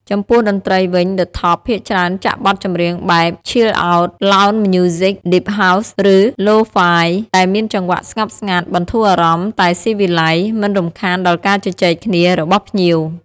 ចំពោះតន្ត្រីវិញ ឌឹ ថប់ ភាគច្រើនចាក់បទចម្រៀងបែប ឈីលអោត (Chill Out), ឡោនច៍ ម្យូស៊ិក (Lounge Music), ឌីប ហោស៍ (Deep House) ឬ ឡូហ្វាយ (Lo-Fi) ដែលមានចង្វាក់ស្ងប់ស្ងាត់ បន្ធូរអារម្មណ៍ តែស៊ីវិល័យ មិនរំខានដល់ការជជែកគ្នារបស់ភ្ញៀវ។